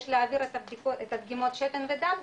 יש להעביר את הדגימות שתן ודם